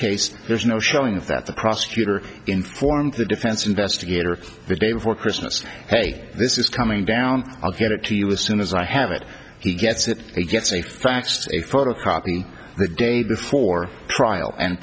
case there's no showing of that the prosecutor informed the defense investigator of the day before christmas hey this is coming down i'll get it to you as soon as i have it he gets it he gets a faxed a photocopy the day before trial and